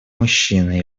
мужчины